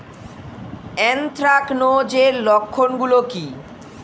Anthracnose এর লক্ষণ গুলো কি কি?